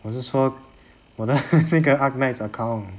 我是说我的 那个 arknights account